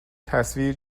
تصویر